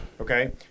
Okay